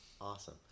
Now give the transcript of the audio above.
Awesome